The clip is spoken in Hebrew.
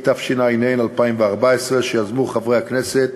התשע"ה 2014, שיזמו חברי הכנסת,